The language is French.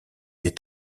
des